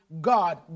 god